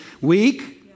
Weak